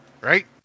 Right